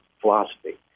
philosophy